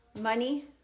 money